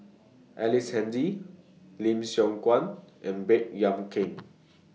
Ellice Handy Lim Siong Guan and Baey Yam Keng